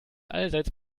allseits